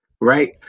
right